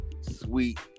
sweet